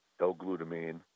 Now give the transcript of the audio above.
L-glutamine